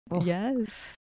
Yes